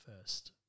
first